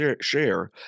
share